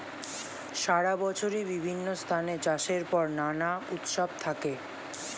সারা বছরই বিভিন্ন স্থানে চাষের পর নানা উৎসব থাকে